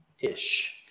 ish